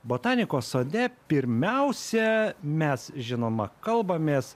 botanikos sode pirmiausia mes žinoma kalbamės